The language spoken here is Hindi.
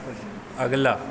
अगला